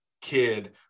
kid